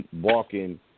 walking